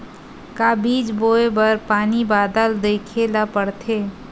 का बीज बोय बर पानी बादल देखेला पड़थे?